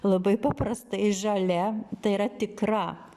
labai paprastai žalia tai yra tikra